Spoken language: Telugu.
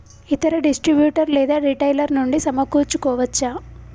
ఇతర డిస్ట్రిబ్యూటర్ లేదా రిటైలర్ నుండి సమకూర్చుకోవచ్చా?